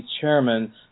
chairman